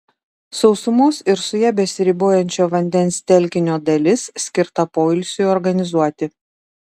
sausumos ir su ja besiribojančio vandens telkinio dalis skirta poilsiui organizuoti